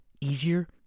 easier